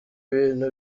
ibintu